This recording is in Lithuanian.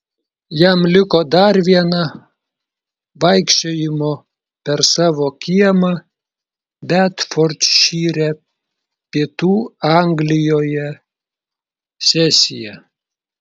jam liko dar viena vaikščiojimo per savo kiemą bedfordšyre pietų anglijoje sesija